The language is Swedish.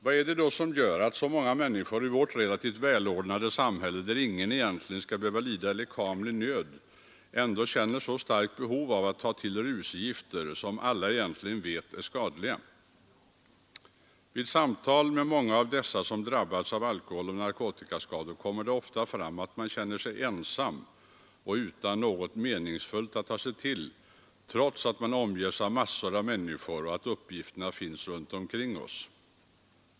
Vad är det då som gör att så många människor i vårt relativt välordnade samhälle, där ingen egentligen skall behöva lida lekamlig nöd, ändå känner så starkt behov att ta till rusgifter, som alla egentligen vet är skadliga? Vid samtal med många av dessa, som drabbas av alkoholoch narkotikaskador, kommer det ofta fram att man känner sig ensam och utan något meningsfullt att ta sig till, trots att man omges med massor av människor och uppgifterna finns runt omkring.